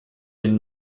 den